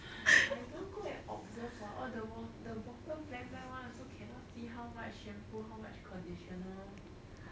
I don't go and observe what all the wall the bottle blank black one also cannot see how much shampoo how much conditioner